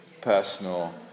personal